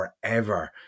forever